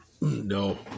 No